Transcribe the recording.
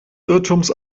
irrtums